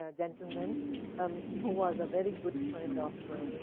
ah gentle man um who was a very good friend of